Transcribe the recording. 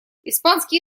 испанский